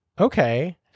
Okay